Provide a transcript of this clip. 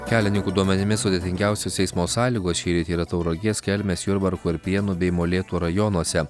kelininkų duomenimis sudėtingiausios eismo sąlygos šįryt yra tauragės kelmės jurbarko ir prienų bei molėtų rajonuose